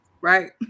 right